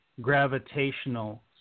gravitational